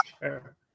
fair